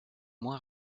moins